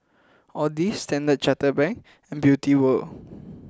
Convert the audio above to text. Audi Standard Chartered Bank and Beauty wall